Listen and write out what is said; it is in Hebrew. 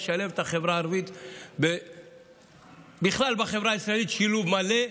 לשלב את החברה הערבית בכלל בחברה הישראלית שילוב מלא,